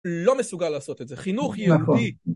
לא מסוגל לעשות את זה, חינוך יהודי.